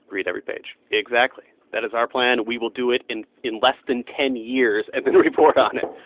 read every page exactly. that is our plan. we will do it in in less than ten years and then report on it.